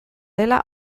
dela